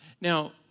Now